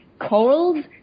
corals